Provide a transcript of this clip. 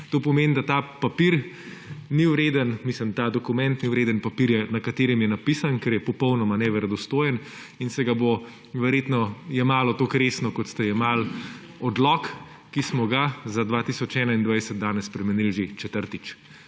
To pomeni, da ta dokument ni vreden papirja, na katerem je napisan, ker je popolnoma neverodostojen in se ga bo verjetno jemalo toliko resno, kot ste jemali odlok, ki smo ga za leto 2021 danes spremenili že četrtič.